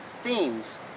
themes